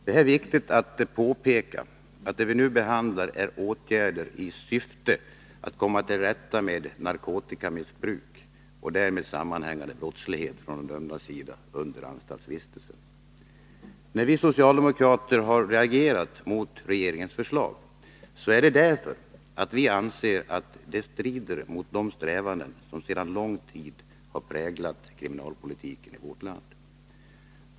Det är viktigt att påpeka att det vi nu behandlar är åtgärder i syfte att komma till rätta med narkotikamissbruk och därmed sammanhängande brottslighet från de dömdas sida under anstaltsvistelsen. Anledningen till att vi socialdemokrater har reagerat mot regeringens förslag är att vi anser att det strider mot de strävanden som sedan lång tid har präglat kriminalpolitiken i vårt land.